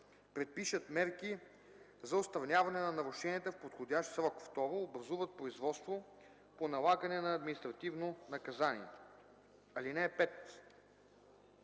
предпишат мерки за отстраняване на нарушенията в подходящ срок; 2. образуват производство по налагане на административно наказание. (5) При